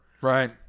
Right